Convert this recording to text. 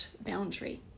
boundary